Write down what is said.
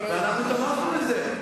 אז למה לא העברתם את זה?